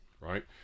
right